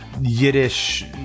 Yiddish